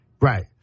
right